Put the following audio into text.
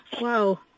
Wow